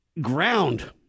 ground